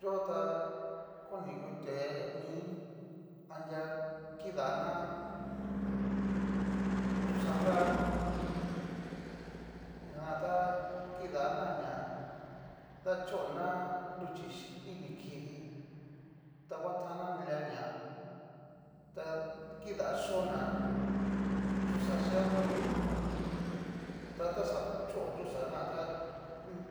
Yo ta koni ngutua mi anria kidana yuxa nravii, ñajan ta kidana ñá dachona nruchi ini kidii ta ngua tan ná nilia ña ta kidá yoná, yuxa xiá tata xa chó yuxa jan tá